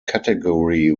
category